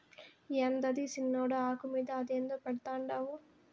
యాందది సిన్నోడా, ఆకు మీద అదేందో పెడ్తండావు